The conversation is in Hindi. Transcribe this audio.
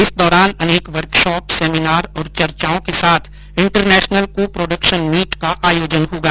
इस दौरान अनेक वर्कशॉप सेमिनार और चर्चाओं के साथ इंटरनेशनल को प्रोडक्शन मीट का आयोजन होगा